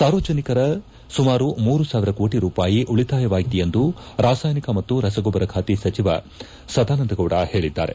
ಸಾರ್ವಜನಿಕರ ಸುಮಾರು ಮೂರು ಸಾವಿರ ಕೋಟ ರೂಪಾಯಿ ಉಳಿತಾಯವಾಗಿದೆ ಎಂದು ರಾಸಾಯನಿಕ ಮತ್ತು ರಸಗೊಬ್ಲರ ಖಾತೆ ಸಚಿವ ಸದಾನಂದಗೌಡ ಪೇಳದ್ದಾರೆ